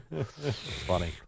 Funny